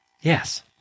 Yes